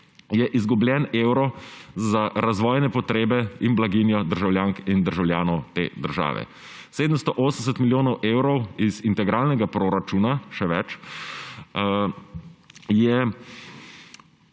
je izgubljen evro za razvojne potrebe in blaginjo državljank in državljanov te države. 780 milijonov evrov iz integralnega proračuna, še več, je